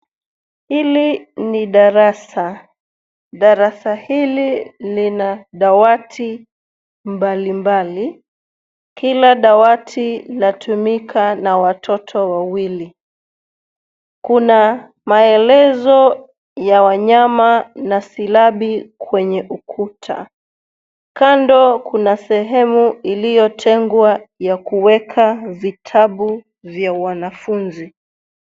Hili ni darasa. Darasa hili lina dawati mbalimbali. Kila dawati latumika na watoto wawili. Kuna maelezo ya wanyama na silabi kwenye ukuta. Kando kuna sehemu iliyotengwa ya kuweka vitabu vya wanafunzi.